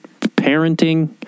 parenting